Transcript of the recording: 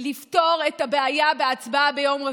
לפתור את הבעיה בהצבעה ביום רביעי.